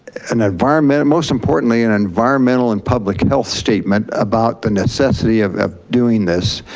an environment, most importantly, and environmental and public health statement about the necessity of ah doing this,